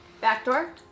Backdoor